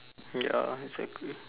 ya exactly